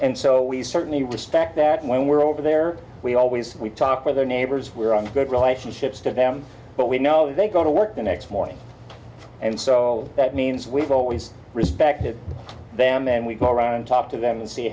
and so we certainly respect that and when we're over there we always we talk with our neighbors we're on good relationships the vam but we know they go to work the next morning and so that means we've always respected them and we go around and talk to them and see